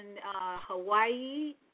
Hawaii